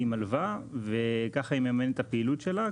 היא מלווה וככה היא מממנת את הפעילות שלה.